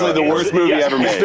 the worst movie ever made.